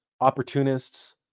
opportunists